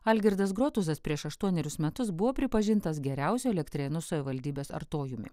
algirdas grotuzas prieš aštuonerius metus buvo pripažintas geriausiu elektrėnų savivaldybės artojumi